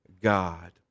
God